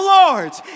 lords